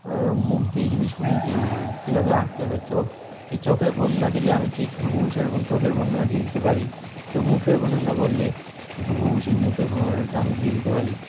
মুখ দিয়ে যদি শুনি যে কীভাবে আঁকতে হবে চখ সে চোখের বর্ণনা দিলে আমি ঠিক হুবহু সেরকম চোখের বর্ণনা দিয়ে দিতে পারি কেউ মুখের বর্ণনা বললে সে হুবহু সেই মুখের বর্ণনাটা আমি দিয়ে দিতে পারি